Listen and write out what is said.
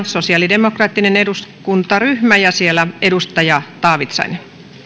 sosialidemokraattinen eduskuntaryhmä ja siellä edustaja taavitsainen